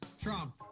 Trump